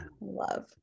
Love